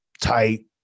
tight